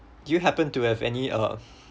do you happen to have any uh